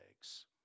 eggs